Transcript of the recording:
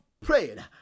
prayed